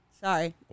Sorry